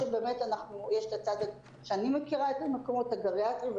את הצד שאני מכירה את המקומות הגריאטריים,